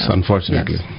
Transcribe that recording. Unfortunately